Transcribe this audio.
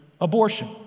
abortion